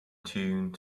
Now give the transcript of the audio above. tune